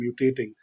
mutating